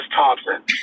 Thompson